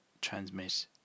transmit